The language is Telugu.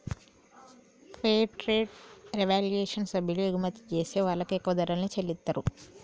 ఫెయిర్ ట్రేడ్ రెవల్యుషన్ సభ్యులు ఎగుమతి జేసే వాళ్ళకి ఎక్కువ ధరల్ని చెల్లిత్తారు